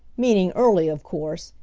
meaning early of course,